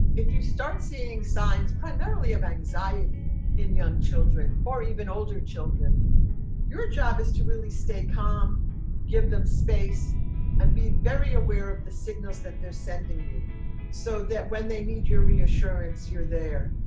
if you start seeing signs primarily of anxiety in young children or even older children your job is to really calm give them space and be very aware of the signals that they're sending you so that when they need your reassurance you're there.